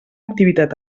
activitat